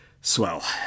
Swell